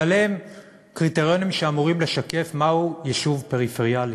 אבל הם קריטריונים שאמורים לשקף מהו יישוב פריפריאלי.